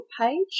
page